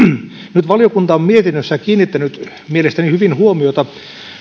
nyt valiokunta on mietinnössään kiinnittänyt mielestäni hyvin huomiota